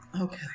Okay